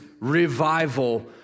Revival